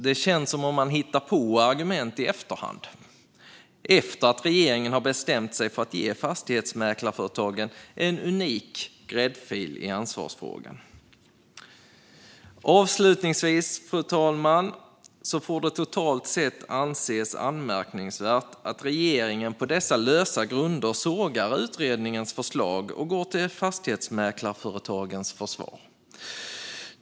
Det känns som om man hittar på argument i efterhand, efter att regeringen har bestämt sig för att ge fastighetsmäklarföretagen en unik gräddfil i ansvarsfrågan. Avslutningsvis, fru talman, får det totalt sett anses anmärkningsvärt att regeringen på dessa lösa grunder sågar utredningens förslag och går till fastighetsmäklarföretagens försvar.